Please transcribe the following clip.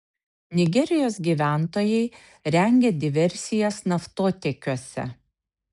nigerijos gyventojai rengia diversijas naftotiekiuose